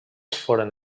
foren